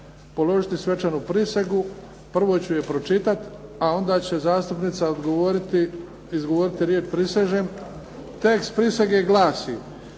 položiti svečanu prisegu. Prvo ću je pročitati a onda će zastupnica izgovoriti riječ: "Prisežem!". Tekst prisege glasi: